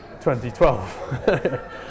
2012